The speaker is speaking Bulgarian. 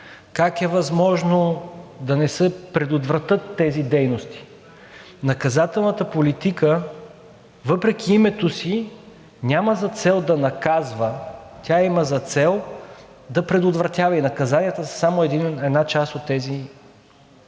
как е възможно да не се предотвратят тези дейности? Наказателната политика въпреки името си няма за цел да наказва. Тя има за цел да предотвратява и наказанията са само една част от тези процеси.